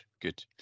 good